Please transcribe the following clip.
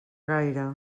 gaire